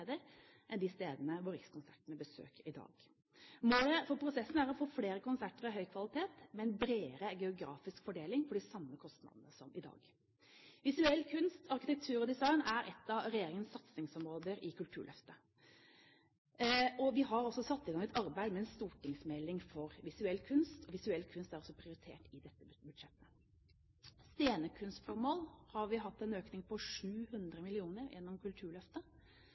enn de stedene som Rikskonsertene besøker i dag. Målet for prosessen er å få flere konserter av høy kvalitet med en bredere geografisk fordeling for de samme kostnadene som i dag. Visuell kunst, arkitektur og design er et av regjeringens satsingsområder i Kulturløftet. Vi har også satt i gang et arbeid med en stortingsmelding om visuell kunst. Visuell kunst er altså prioritert i dette budsjettet. Når det gjelder scenekunstformål, har vi hatt en økning på 700 mill. kr gjennom Kulturløftet.